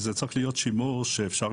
זה צריך להיות שימור שבו יהיה אפשר